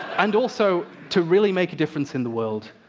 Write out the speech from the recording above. and also, to really make a difference in the world,